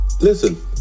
Listen